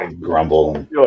grumble